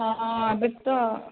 ହଁ ଏବେ ତ